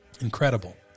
Incredible